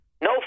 No